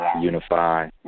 unify